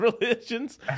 religions